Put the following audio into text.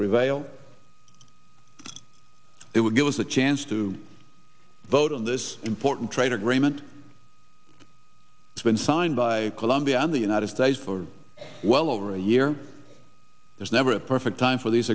prevail it would give us a chance to vote on this important trade agreement has been signed by colombia and the united states for well over a year there's never a perfect time for these